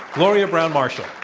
gloria browne-marshall.